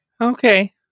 Okay